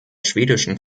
schwedischen